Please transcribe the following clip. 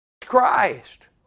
Christ